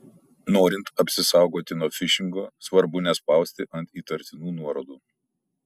norint apsisaugoti nuo fišingo svarbu nespausti ant įtartinų nuorodų